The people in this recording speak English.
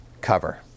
cover